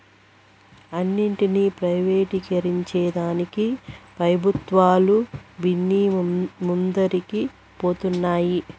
అన్నింటినీ ప్రైవేటీకరించేదానికి పెబుత్వాలు బిన్నే ముందరికి పోతన్నాయి